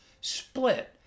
split